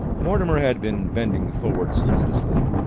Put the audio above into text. mortimer had been bending forward solicitously.